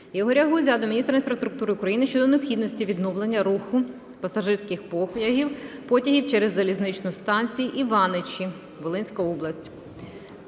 Ігоря Гузя до міністра інфраструктури України щодо необхідності відновлення руху пасажирських потягів через залізничну станцію Іваничі (Волинська область).